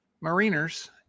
Mariners